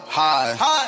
high